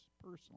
personally